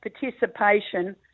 participation